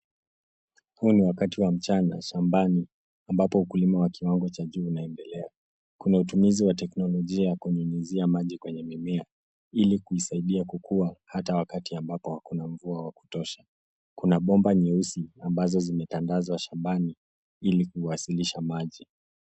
Huu ni wakati wa mchana shambani ambapo ukulima wa kiwango cha juu unaendelea. Kuna utumizi ya teknolojia ya kunyunyizia maji kwenye mimea ili kuisaidia kukua hata wakati ambapo hakuna mvua ya kutosha. Kuna bomba nyeusi ambazo zimetandazwa shambani ili kuwasilisha maji.